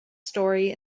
story